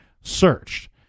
searched